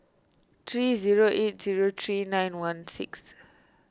three zero eight zero three nine one six